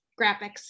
graphics